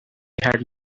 had